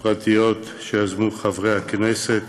פרטיות שיזמו חברי הכנסת